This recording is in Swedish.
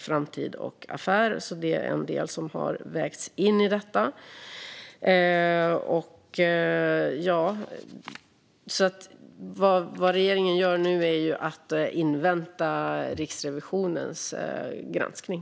Detta är en del som har vägts in i det hela. Regeringen inväntar nu Riksrevisionens granskning.